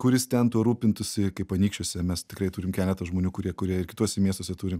kuris ten tuo rūpintųsi kaip anykščiuose mes tikrai turim keletą žmonių kurie kurie ir kituose miestuose turim